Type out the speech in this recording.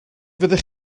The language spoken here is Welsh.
fyddech